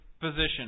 position